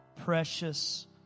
precious